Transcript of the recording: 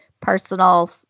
personal